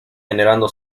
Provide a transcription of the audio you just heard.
generando